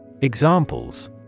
Examples